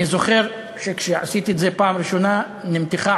אני זוכר שכשעשיתי את זה בפעם הראשונה נמתחה